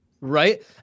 Right